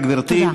תודה, גברתי.